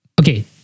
Okay